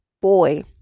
boy